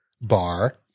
bar